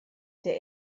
der